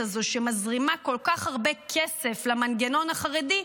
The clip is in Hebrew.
הזו שמזרימה כל כך הרבה כסף למנגנון החרדי,